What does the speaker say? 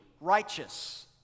righteous